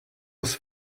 was